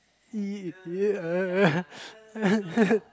he